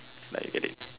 like get it